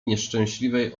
nieszczęśliwej